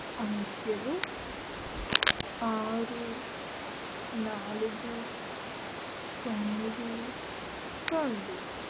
అంకెలు ఆరు నాలుగు తొమ్మిది రెండు